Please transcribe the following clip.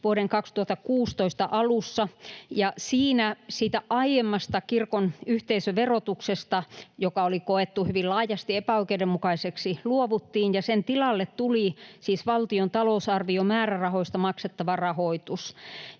vuoden 2016 alussa. Siinä siitä aiemmasta kirkon yhteisöverotuksesta, joka oli koettu hyvin laajasti epäoikeudenmukaiseksi, luovuttiin, ja sen tilalle tuli siis valtion talousarviomäärärahoista maksettava rahoitus.